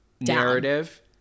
narrative